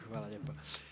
Hvala lijepa.